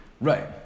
Right